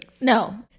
no